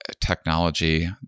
technology